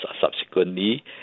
subsequently